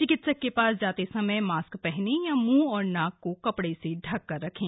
चिकित्सक के पास जाते समय मास्क पहनें या मूंह और नाक को कपड़े से ढककर रखें